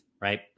Right